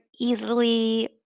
easily